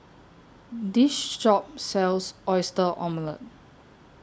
This Shop sells Oyster Omelette